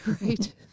right